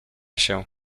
się